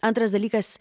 antras dalykas